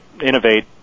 innovate